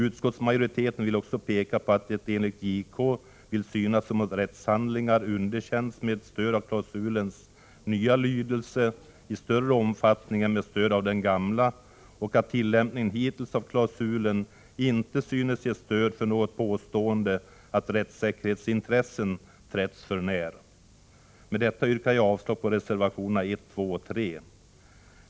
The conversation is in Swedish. Utskottsmajoriteten vill också peka på att det enligt justitiekanslern vill synas som om rättshandlingar har underkänts med stöd av klausulens nya lydelse i större omfattning än med stöd av den gamla och att tillämpningen hittills av klausulen inte synes ge stöd för något påstående om att rättssäkerhetsintressen har trätts för när. Med detta yrkar jag avslag på reservationerna 1, 2 och 3.